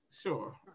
Sure